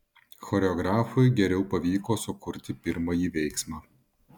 choreografui geriau pavyko sukurti pirmąjį veiksmą